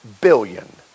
billion